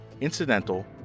incidental